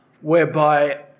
whereby